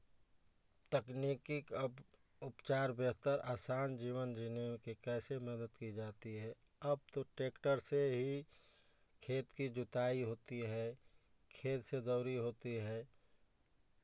तकनीकी अब उपचार बेहतर आसान जीवन जीने में कैसे मदद की जाती है अब तो ट्रैक्टर से ही खेत की जुताई होती है खेत से दौरी होती है